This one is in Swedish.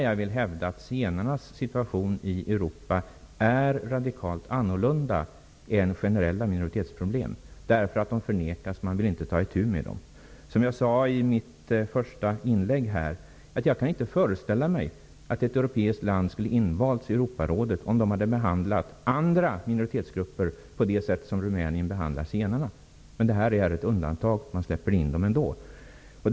Jag vill hävda att problemen för zigenarna i Europa är radikalt annorlunda än generella minoritetsproblem. Zigenarnas problem förnekas nämligen. Man vill inte ta itu med dem. Som jag sade i mitt första inlägg kan jag inte föreställa mig att ett europeiskt land skulle ha invalts i Europarådet om det hade behandlat andra minoritetsgrupper på det sätt som Rumänien behandlar zigenarna. Det här är ett undantag. Rumänien släpps in ändå.